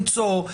למצוא,